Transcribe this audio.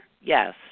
Yes